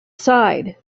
side